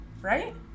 right